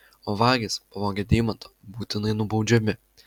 o vagys pavogę deimantą būtinai nubaudžiami